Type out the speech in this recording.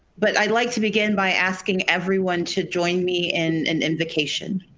but i'd like to begin by asking everyone to join me in and invocation.